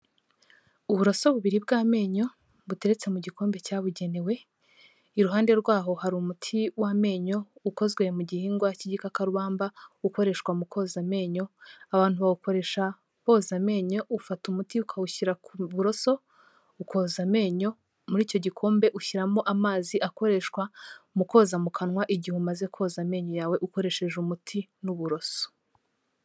Uburoso bubiri bw'amenyo buteretse mu gikombe cyabugenewe, iruhande rwaho hari umuti w'amenyo ukozwe mu gihingwa cy'igikakarubamba ukoreshwa mu koza amenyo, abantu bawukoresha boza amenyo, ufata umuti ukawushyira ku buroso ukoza amenyo, muri icyo gikombe ushyiramo amazi akoreshwa mu koza mu kanwa igihe umaze koza amenyo yawe ukoresheje umuti n'uburoso.